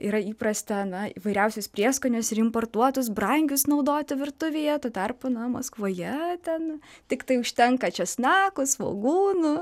yra įprasta na įvairiausius prieskonius ir importuotus brangius naudoti virtuvėje tuo tarpu na maskvoje ten tiktai užtenka česnakų svogūnų